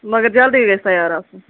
مگر جلدی گژھِ تیار آسُن